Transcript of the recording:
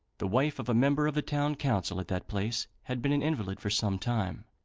the wife of a member of the town council at that place had been an invalid for some time,